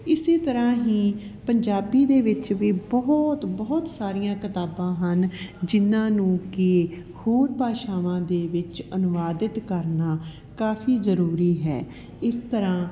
ਇਸ ਤਰ੍ਹਾਂ ਹੀ ਪੰਜਾਬੀ ਦੇ ਵਿੱਚ ਵੀ ਬਹੁਤ ਬਹੁਤ ਸਾਰੀਆਂ ਕਿਤਾਬਾਂ ਹਨ ਜਿਨ੍ਹਾਂ ਨੂੰ ਕਿ ਹੋਰ ਭਾਸ਼ਾਵਾਂ ਦੇ ਵਿੱਚ ਅਨੁਵਾਦਿਤ ਕਰਨਾ ਕਾਫੀ ਜ਼ਰੂਰੀ ਹੈ ਇਸ ਤਰ੍ਹਾਂ